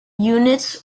units